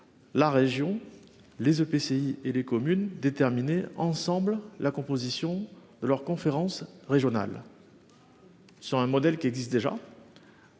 La région les EPCI et les communes déterminer ensemble la composition de leur conférence régionale. Sur un modèle qui existe déjà.